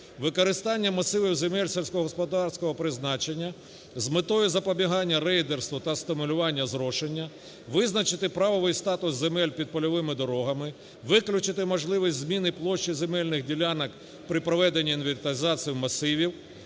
використання масивів земель сільськогосподарського призначення з метою запобігання рейдерству та стимулювання зрошення, визначити правовий статус земель під польовими дорогами, виключити можливість зміни площі земельних ділянок при проведенні інвентаризації масивів.